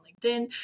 LinkedIn